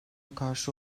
karşı